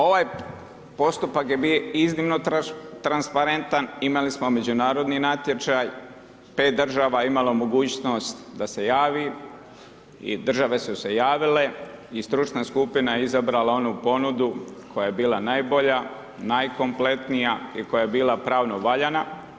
Ovaj postupak je bio iznimno transparentan, imali smo međunarodni natječaj 5 država je imalo mogućnost da se javi i države su se javile i stručna skupina je izabrala onu ponudu koja je bila najbolja, najkompletnija i koja je bila pravno valjana.